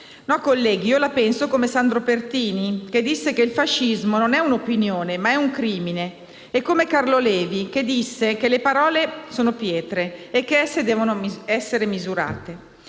No, colleghi, io la penso come Giacomo Matteotti, che disse che il fascismo non è un'opinione ma è un crimine; e come Carlo Levi, che disse che le parole sono pietre e che esse devono essere misurate.